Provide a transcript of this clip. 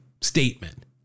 statement